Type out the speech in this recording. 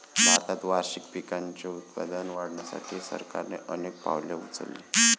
भारतात वार्षिक पिकांचे उत्पादन वाढवण्यासाठी सरकारने अनेक पावले उचलली